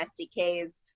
SDKs